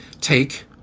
take